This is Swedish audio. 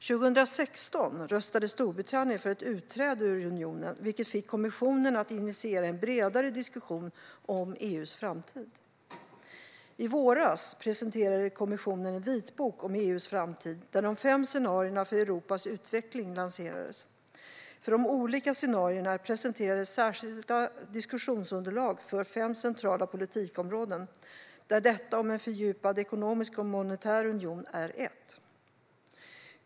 År 2016 röstade Storbritannien för ett utträde ur unionen, vilket fick kommissionen att initiera en bredare diskussion om EU:s framtid. I våras presenterade kommissionen en vitbok om EU:s framtid, där fem scenarier för Europas utveckling lanserades. För de olika scenarierna presenterades särskilda diskussionsunderlag för fem centrala politikområden. Detta om en fördjupad ekonomisk och monetär union är ett.